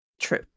True